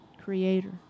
Creator